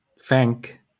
thank